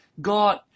God